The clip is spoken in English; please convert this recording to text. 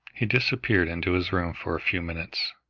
he disappeared into his room for a few minutes.